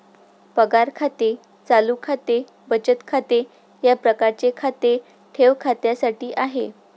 पगार खाते चालू खाते बचत खाते या प्रकारचे खाते ठेव खात्यासाठी आहे